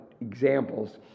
examples